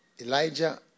Elijah